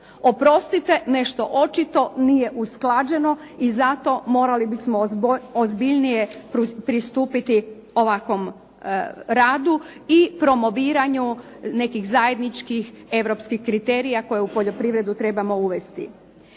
Oprostite, nešto očito nije usklađeno i zato morali bismo ozbiljnije pristupiti ovakvom radu i promoviranju nekih zajedničkih europskih kriterija koje u poljoprivredu trebamo uvesti.